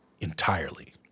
entirely